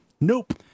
Nope